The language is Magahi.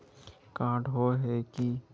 कार्ड होय है की?